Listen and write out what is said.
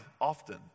often